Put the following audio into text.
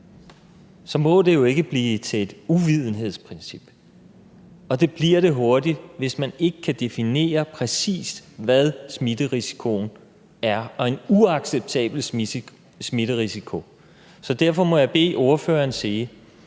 må det jo ikke blive til et uvidenhedsprincip, og det bliver det hurtigt, hvis man ikke kan definere præcist, hvad smitterisikoen er, og hvad en uacceptabel smitterisiko er. Derfor må jeg bede ordføreren forklare: